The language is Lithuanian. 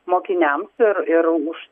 mokiniams ir ir už